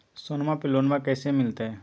सोनमा पे लोनमा कैसे मिलते?